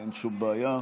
אין שום בעיה.